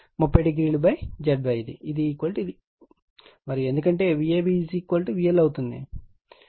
ఇది ఇది ఒకటి మరియు ఎందుకంటే Vab VL అవుతుంది